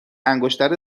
انگشتر